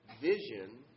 Vision